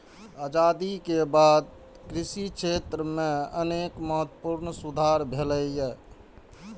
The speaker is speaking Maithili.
आजादी के बाद कृषि क्षेत्र मे अनेक महत्वपूर्ण सुधार भेलैए